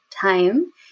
time